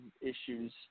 issues